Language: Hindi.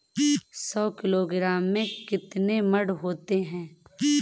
सौ किलोग्राम में कितने मण होते हैं?